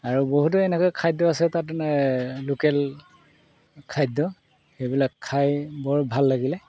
আৰু বহুতো এনেকুৱা খাদ্য আছে তাত মানে লোকেল খাদ্য সেইবিলাক খাই বৰ ভাল লাগিলে